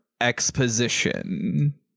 exposition